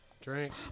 Drink